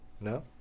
No